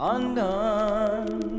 Undone